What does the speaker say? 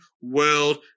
world